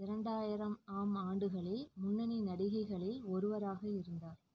இரண்டாயிரம் ஆம் ஆண்டுகளில் முன்னணி நடிகைகளில் ஒருவராக இருந்தார்